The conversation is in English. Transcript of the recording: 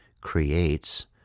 creates